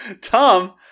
Tom